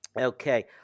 Okay